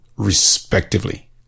respectively